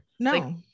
no